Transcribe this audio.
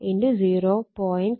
471